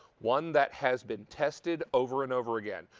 one that has been tested over and over again.